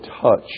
touch